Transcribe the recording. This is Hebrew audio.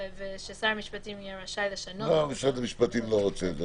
וששר המשפטים יהיה רשאי לשנות --- משרד המשפטים לא רוצה את זה.